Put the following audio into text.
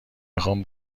میخام